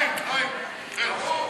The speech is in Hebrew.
חיים, חיים, רד.